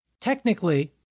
technically